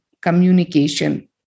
communication